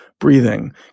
Breathing